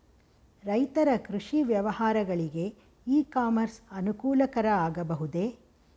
ರೈತರ ಕೃಷಿ ವ್ಯವಹಾರಗಳಿಗೆ ಇ ಕಾಮರ್ಸ್ ಅನುಕೂಲಕರ ಆಗಬಹುದೇ?